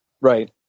Right